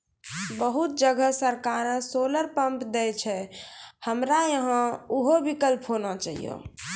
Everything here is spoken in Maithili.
बहुत जगह सरकारे सोलर पम्प देय छैय, हमरा यहाँ उहो विकल्प होना चाहिए?